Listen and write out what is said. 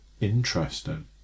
Interesting